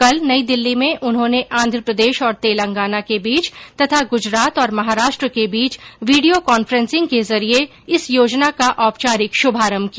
कल नई दिल्ली में उन्होंने आंध्र प्रदेश और तेलंगाना के बीच तथा गुजरात और महाराष्ट्र के बीच वीडिओ काफ्रेंसिंग के जरिये इस योजना का औपचारिक शुभारंभ किया